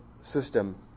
system